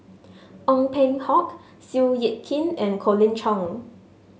Ong Peng Hock Seow Yit Kin and Colin Cheong